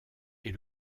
est